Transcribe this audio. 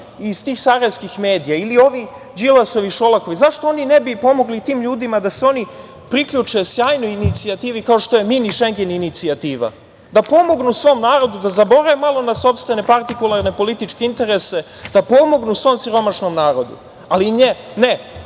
iz tih sarajevskih medija ili ovih Đilasovih i Šolakovih ne bi pomogli tim ljudima da se oni priključe sjajnoj inicijativi, kao što je mini Šengen inicijativa? Da pomognu svom narodu i da zaborave malo na sopstvene partikularne političke interese, da pomognu svom siromašnom narodu, ali ne. Ne.